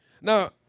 Now